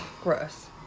Gross